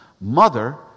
mother